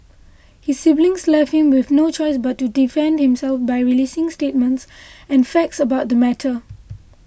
his siblings left him with no choice but to defend himself by releasing statements and facts about the matter